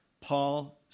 Paul